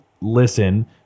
listen